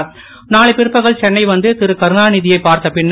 நானை பிற்பகல் சென்னை வந்து திருகருணா நீதி யைப் பார்த்த பின்னர்